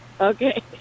Okay